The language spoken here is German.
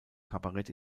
kabarett